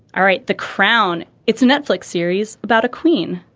all right. the crown. it's a netflix series about a queen.